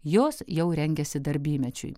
jos jau rengiasi darbymečiui